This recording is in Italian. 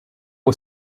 può